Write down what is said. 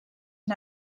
and